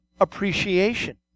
appreciation